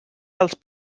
dels